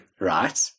Right